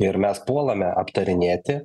ir mes puolame aptarinėti